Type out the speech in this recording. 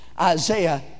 Isaiah